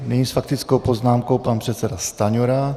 Nyní s faktickou poznámkou pan předseda Stanjura.